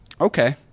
Okay